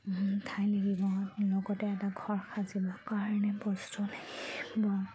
ঠাই লাকিব লগতে এটা ঘৰ সাজিব কাৰণে বস্তু লাগিব